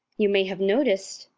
you may have noticed,